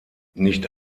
nicht